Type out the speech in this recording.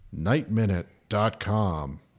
nightminute.com